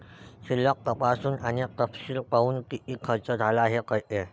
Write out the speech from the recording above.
शिल्लक तपासून आणि तपशील पाहून, किती खर्च झाला हे कळते